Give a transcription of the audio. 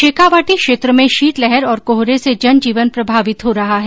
शेखावाटी क्षेत्र में शीतलहर और कोहरे से जनजीवन प्रभावित हो रहा है